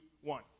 one